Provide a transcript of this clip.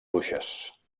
bruixes